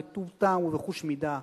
בטוב טעם ובחוש מידה.